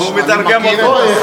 הוא מתרגם אותו.